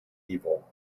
evil